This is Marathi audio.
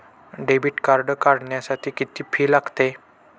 डेबिट कार्ड काढण्यासाठी किती फी लागते?